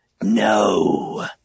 No